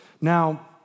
Now